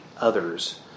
others